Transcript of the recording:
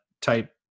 type